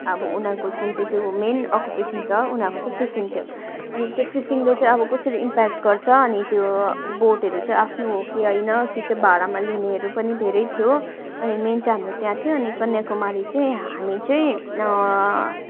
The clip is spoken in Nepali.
अब उनीहरूको जुन चाहिँ त्यो मेन अकुपेसन छ उनीहरूको चाहिँ फिसिङ थियो अनि त्यो फिसिङले चाहिँ अब कसरी इम्पेक्ट गर्छ अनि त्यो बोटहरू चाहिँ आफ्नो हो कि होइन कि चाहिँ भाडामा लिनेहरू पनि धेरै थियो अनि मेन चाहिँ हाम्रो त्यहाँ थियो अनि कन्याकुमारी चाहिँ हामी चाहिँ